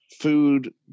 Food